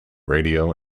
radio